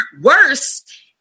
worse